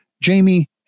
Jamie